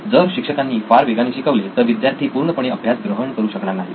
जर शिक्षकांनी फार वेगाने शिकवले तर विद्यार्थी पूर्णपणे अभ्यास ग्रहण करू शकणार नाहीत